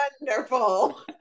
Wonderful